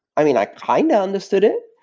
i mean, i kind of understood it,